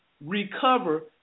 recover